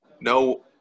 No –